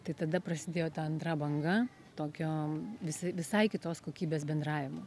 tai tada prasidėjo ta antra banga tokio visi visai kitos kokybės bendravimo